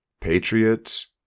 patriots